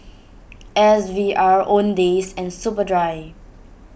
S V R Owndays and Superdry